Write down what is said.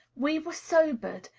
we were sobered,